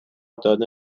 داده